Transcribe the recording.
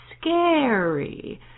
scary